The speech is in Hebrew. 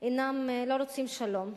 לא רוצים שלום.